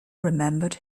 remembered